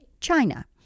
China